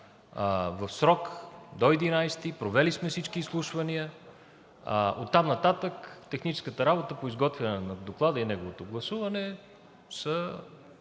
в срок – до 11-и, провели сме всички изслушвания. Оттам нататък техническата работа по изготвяне на Доклада и неговото гласуване могат